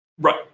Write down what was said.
Right